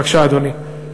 בבקשה, אדוני.